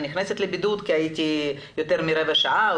האם אני נכנסת לבידוד כי הייתי יותר מרבע שעה או